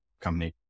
company